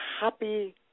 happy